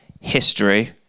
history